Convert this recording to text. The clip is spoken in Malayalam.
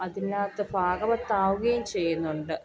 അതിനകത്ത് ഭാഗവത്താവുകയും ചെയ്യുന്നുണ്ട്